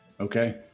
Okay